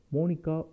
Monica